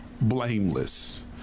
blameless